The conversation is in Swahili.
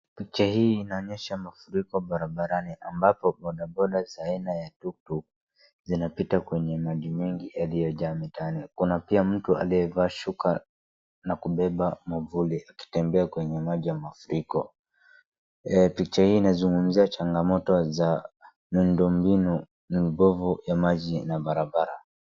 Picha hii inaonyesha mafuriko barabarani ambapo bodaboda za aina ya tuktuk zinapita kwenye maji mengi yaliyojaa mitaani. Kuna pia mtu aliyevaa shuka na kubeba mwavuli akitembea kwenye maji ya mafuriko. Picha hii inazungumzia changamoto za miundo mbinu, mboho ya maji na barabara.